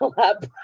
up